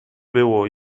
było